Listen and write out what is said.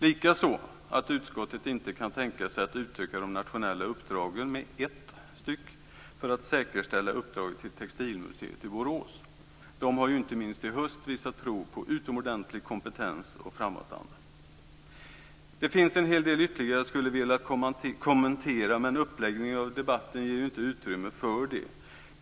Likaså gäller det att utskottet inte kan tänka sig att utöka de nationella uppdragen för att säkerställa uppdraget till Textilmuseet i Borås. Det har inte minst i höst visat prov på utomordentlig kompetens och framåtanda. Det finns en hel del ytterligare jag hade velat kommentera, men uppläggningen av debatten ger inte utrymme för det.